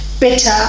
Bitter